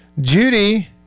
Judy